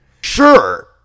sure